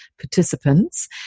participants